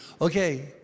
Okay